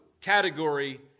category